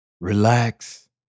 relax